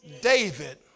David